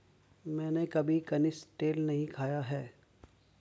मैंने कभी कनिस्टेल नहीं खाया है